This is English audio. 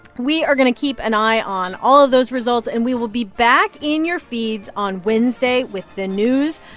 we are going to keep an eye on all of those results, and we will be back in your feeds on wednesday with the news,